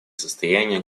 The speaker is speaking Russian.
состояния